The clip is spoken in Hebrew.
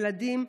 ילדים,